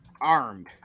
armed